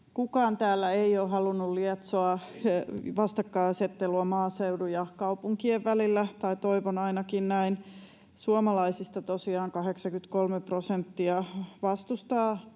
Kukaan täällä ei ole halunnut lietsoa vastakkainasettelua maaseudun ja kaupunkien välillä — tai toivon ainakin näin. Suomalaisista tosiaan 83 prosenttia vastustaa